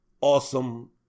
awesome